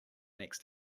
next